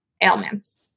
ailments